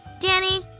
Danny